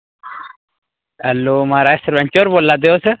hello महाराज सरपंच होर बोला'रदे ओ स